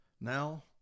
Now